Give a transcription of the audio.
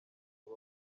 ngo